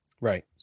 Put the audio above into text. Right